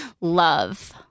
love